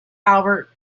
albert